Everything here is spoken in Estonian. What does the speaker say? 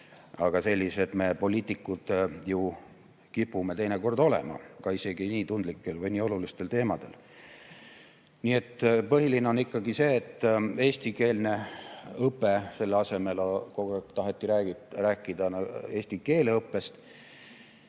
Aga sellised me, poliitikud, ju kipume teinekord olema, ka isegi nii tundlikel või nii olulistel teemadel. Põhiline on ikkagi see, et on eestikeelne õpe – selle asemel kogu aeg taheti rääkida eesti keele õppest.